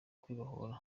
ukwibohora